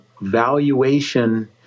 valuation